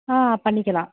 ஆ பண்ணிக்கலாம்